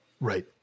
Right